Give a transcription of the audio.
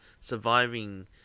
surviving